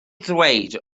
ddweud